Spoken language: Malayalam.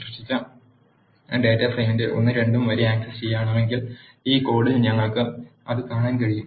സൃഷ്ടിച്ച ഡാറ്റാ ഫ്രെയിമിന്റെ ഒന്നും രണ്ടും വരി ആക്സസ് ചെയ്യണമെങ്കിൽ ഈ കോഡിൽ ഞങ്ങൾക്ക് അത് കാണാൻ കഴിയും